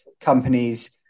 companies